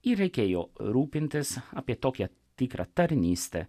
ir reikėjo rūpintis apie tokią tikrą tarnystę